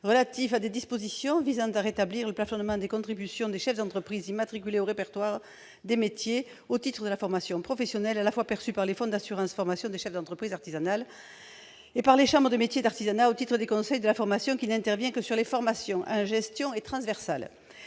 relatifs à des dispositions visant à rétablir le plafonnement des contributions des chefs d'entreprise immatriculée au répertoire des métiers au titre de la formation professionnelle, à la fois perçues par le FAFCEA et par les chambres de métiers et de l'artisanat, au titre des conseils de la formation qui n'interviennent que sur les formations en gestion et transversales.